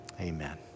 Amen